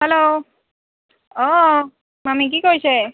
hello অঁ মামী কি কৰিছে